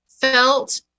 felt